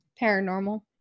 paranormal